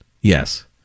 Yes